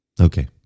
Okay